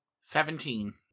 Seventeen